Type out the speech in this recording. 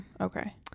Okay